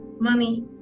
money